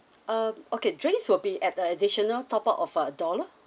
uh okay drinks will be at uh additional top up of a dollar